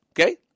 okay